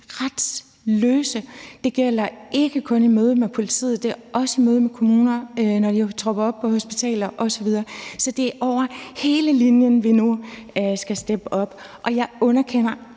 retsløse. Det gælder ikke kun i mødet med politiet; det er også i mødet med kommuner, og når de tropper op på hospitaler osv. Så det er over hele linjen, vi nu skal steppe op. Og jeg underkender